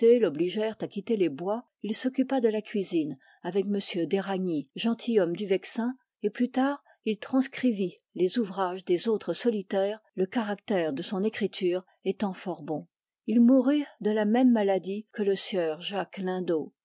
l'obligèrent à quitter les bois il s'occupa de la cuisine avec m d'éragny gentilhomme du vexin et plus tard il transcrivit les ouvrages des autres solitaires le caractère de son écriture estant fort bon il mourut de la mesme maladie que le sieur